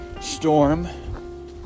storm